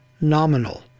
nominal